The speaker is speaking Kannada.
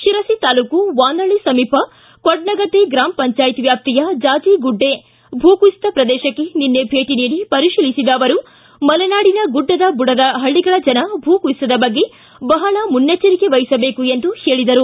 ಶಿರಸಿ ತಾಲೂಕು ವಾನಳ್ಳಿ ಸಮೀಪ ಕೊಡ್ನಗದ್ದೆ ಗೂಮ ಪಂಚಾಯತ್ ವ್ಯಾಪ್ತಿಯ ಜಾಜಿಗುಡ್ಡೆ ಭೂ ಕುಸಿತ ಪ್ರದೇಶಕ್ಕೆ ನಿನ್ನೆ ಭೇಟಿ ನೀಡಿ ಪರೀತಿಲಿದ ಅವರು ಮಲೆನಾಡಿನ ಗುಡ್ಡದ ಬುಡದ ಪಳ್ಳಗಳ ಜನ ಭೂಕುಸಿತದ ಬಗ್ಗೆ ಬಹಳ ಮುನ್ನೆಚ್ಚರಿಕೆ ವಹಿಸಬೇಕು ಹೇಳಿದರು